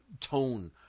tone